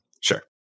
Sure